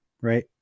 right